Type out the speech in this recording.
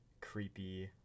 creepy